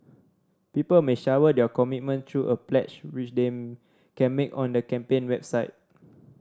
people may shower their commitment through a pledge which they can make on the campaign website